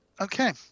Okay